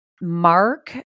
Mark